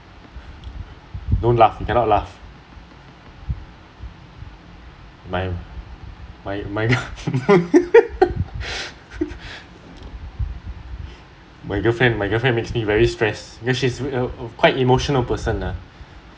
don't laugh you cannot laugh my my my my girlfriend my girlfriend makes me very stress because she's quite emotional person lah